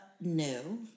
No